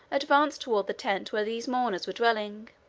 advanced toward the tent where these mourners were dwelling.